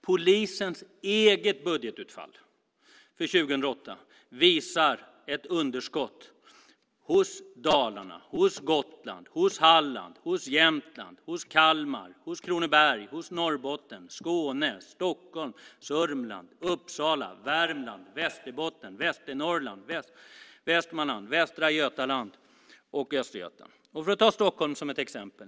Polisens eget budgetutfall för år 2008 visar ett underskott hos polisdistrikten i Dalarna, på Gotland, i Halland, i Jämtland, i Kalmar, i Kronoberg, i Norrbotten, i Skåne, i Stockholm, i Sörmland, i Uppsala, i Värmland, i Västerbotten, i Västernorrland, i Västmanland, i Västra Götaland och i Östergötland. Jag kan ta Stockholm som ett exempel.